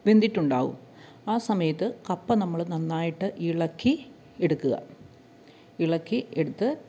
വെന്തിട്ടുണ്ടാകും ആ സമയത്ത് കപ്പ നമ്മൾ നന്നായിട്ട് ഇളക്കി എടുക്കുക ഇളക്കി എടുത്ത്